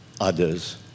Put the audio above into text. others